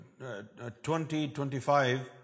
2025